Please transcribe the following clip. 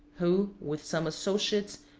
who, with some associates,